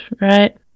right